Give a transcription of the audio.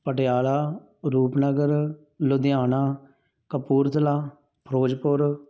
Patiala Rupnagar Ludhiana Kapurthala Firozpur